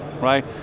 right